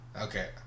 Okay